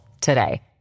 today